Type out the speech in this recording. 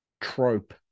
trope